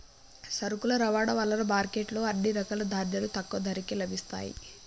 సరుకుల రవాణా వలన మార్కెట్ లో అన్ని రకాల ధాన్యాలు తక్కువ ధరకే లభిస్తయ్యి